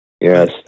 Yes